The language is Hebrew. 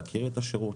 להכיר את השירות,